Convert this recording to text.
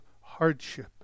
hardship